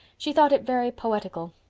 she thought it very poetical.